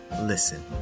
Listen